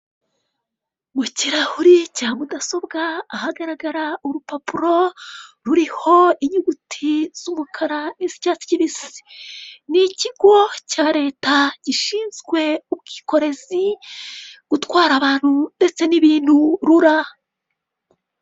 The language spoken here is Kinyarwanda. Mu kirahuri cya mudasobwa, ahagaragara urupapuro ruriho inyuguti z'umukara n'icyatsi kibisi, ni ikigo cya leta gishinzwe ubwikorezi, gutwara abantu ndetse n'ibintu RURA.